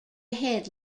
ahead